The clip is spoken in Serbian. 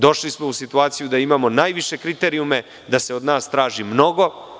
Došli smo u situaciju da imamo najviše kriterijume i da se od nas traži mnogo.